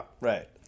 Right